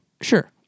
Sure